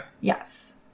Yes